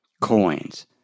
coins